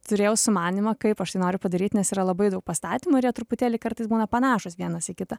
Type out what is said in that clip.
turėjau sumanymą kaip aš tai noriu padaryt nes yra labai daug pastatymų ir jie truputėlį kartais būna panašūs vienas į kitą